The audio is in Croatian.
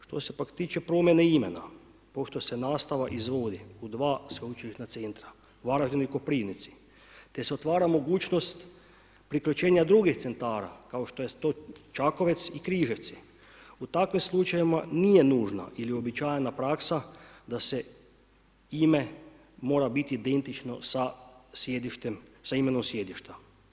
Što se pak tiče promjene imena, pošto se nastava izvodi u 2 sveučilišna centra, Varaždinu i Koprivnici te se otvara mogućnost priključenja drugih centara kao što je to Čakovec i Križevci u takvim slučajevima nije nužna ili uobičajena praksa da se ime mora bit identično sa imenom sjedišta.